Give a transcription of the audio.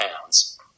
pounds